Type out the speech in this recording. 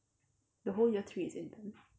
the whole year three is intern